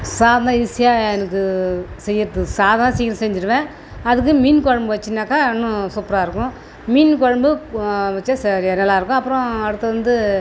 சாதம் தான் ஈஸியாக எனக்கு செய்யறதுக்கு சாதம்னால் சீக்கிரம் செஞ்சுருவேன் அதுக்கு மீன் குழம்பு வச்சிங்கனாக்கா இன்னும் சூப்பராக இருக்கும் மீன் குழம்பு வச்சா ச நல்லாயிருக்கும் அப்புறம் அடுத்தது வந்து